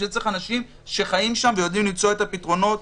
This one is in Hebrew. בשביל זה צריך אנשים שחיים שם ויודעים למצוא את הפתרונות.